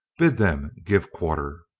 bid them give quarter.